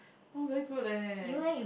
oh very good leh